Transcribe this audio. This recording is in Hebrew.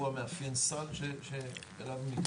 הוא המאפיין שאליו מתכוונים?